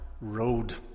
road